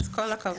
אז כל הכבוד.